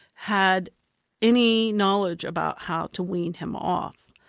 had any knowledge about how to wean him off.